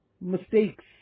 mistakes